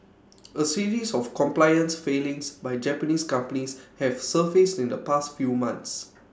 A series of compliance failings by Japanese companies have surfaced in the past few months